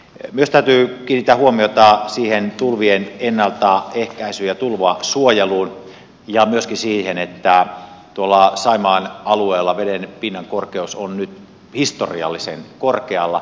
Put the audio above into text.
myös täytyy kiinnittää huomiota tulvien ennaltaehkäisyyn ja tulvasuojeluun ja myöskin siihen että tuolla saimaan alueella vedenpinnan korkeus on nyt historiallisen korkealla